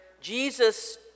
Jesus